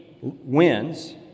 wins